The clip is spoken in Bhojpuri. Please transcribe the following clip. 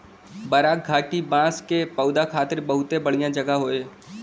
बराक घाटी बांस के पौधा खातिर बहुते बढ़िया जगह हौ